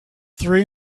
three